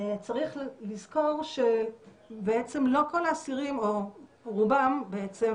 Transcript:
צריך לזכור שלא כל האסירים או רובם בעצם,